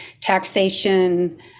taxation